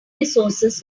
resources